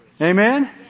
Amen